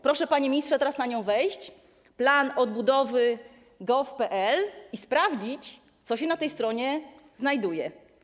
Proszę, panie ministrze, teraz na nią wejść: planodbudowy.gov.pl i sprawdzić, co się na tej stronie znajduje.